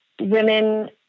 women